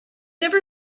never